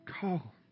call